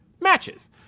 matches